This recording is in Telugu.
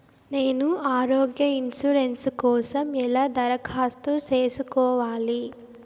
నేను ఆరోగ్య ఇన్సూరెన్సు కోసం ఎలా దరఖాస్తు సేసుకోవాలి